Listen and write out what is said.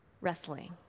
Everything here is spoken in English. wrestling